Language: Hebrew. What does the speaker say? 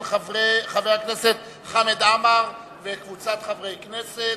של חבר הכנסת חמד עמאר וקבוצת חברי הכנסת.